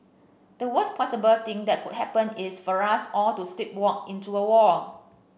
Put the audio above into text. the worst possible thing that could happen is for us all to sleepwalk into a war